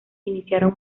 iniciaron